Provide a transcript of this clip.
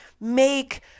make